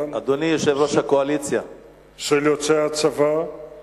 בהצבתם של יוצאי צבא ביחידות שירות בתי-הסוהר בשנים הקרובות,